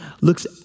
looks